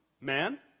man